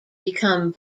become